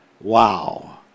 Wow